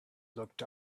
looked